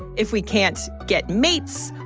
if we can't get mates,